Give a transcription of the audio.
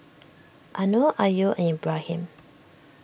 Anuar Ayu and Ibrahim